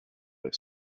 its